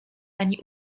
ani